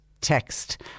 text